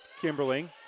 Kimberling